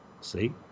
See